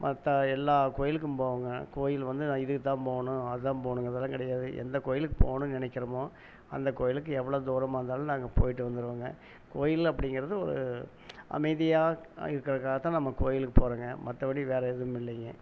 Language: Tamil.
மற்ற எல்லா கோவிலுக்கும் போவோம்ங்க கோவில் வந்து நான் இதுக்குதான் போகணும் அதான் போகணுங்கிறதலாம் கிடையாது எந்த கோவிலுக்கு போணுன்னு நினைக்கிறோமோ அந்த கோவிலுக்கு எவ்வளோ தூரமாக இருந்தாலும் நாங்கள் போய்ட்டு வந்துடுவோங்க கோவில் அப்டிங்கிறது ஒரு அமைதியாக இருக்கிறக்காக தான் நம்ம கோவிலுக்கு போறோம்ங்க மற்றபடி வேறு எதுவும் இல்லைங்க